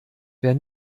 wer